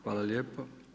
Hvala lijepo.